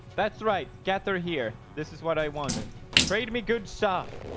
that's right. gather here. this is what i wanted trade me good stuff.